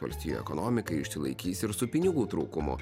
valstijų ekonomika išsilaikys ir su pinigų trūkumu